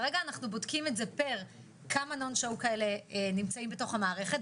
כרגע אנחנו בודקים את זה פר מספר ה"נו שואו" האלה שנמצאים בתוך המערכת,